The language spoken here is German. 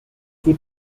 zur